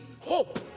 hope